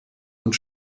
und